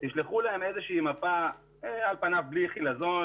תשלחו להם איזושהי מפה בלי חילזון,